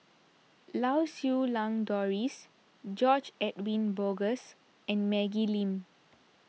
Lau Siew Lang Doris George Edwin Bogaars and Maggie Lim